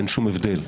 אין שום הבדל.